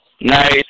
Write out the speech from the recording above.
Nice